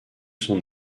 son